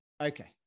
okay